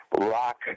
rock